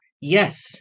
Yes